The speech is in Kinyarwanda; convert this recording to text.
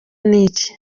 n’iki